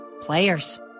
Players